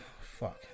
Fuck